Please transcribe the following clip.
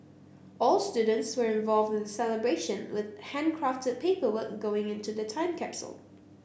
all students were involved in celebration with handcrafted paperwork going into the time capsule